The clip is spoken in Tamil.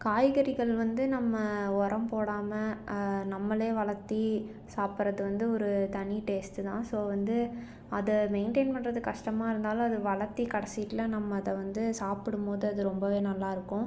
காய்கறிகள் வந்து நம்ம உரம் போடாமல் நம்மளே வளத்து சாப்பிட்றது வந்து ஒரு தனி டேஸ்ட்டு தான் ஸோ வந்து அதை மெயின்டைன் பண்ணுறது கஷ்டமாக இருந்தாலும் அது வளத்து கடைசியில் நம்ம அதை வந்து சாப்பிடும்போது அது ரொம்ப நல்லா இருக்கும்